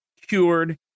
cured